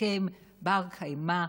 הסכם בר-קיימא,